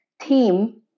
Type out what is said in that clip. team